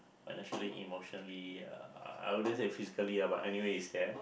financially emotionally uh I wouldn't say physically uh but anyway it's there